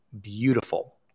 beautiful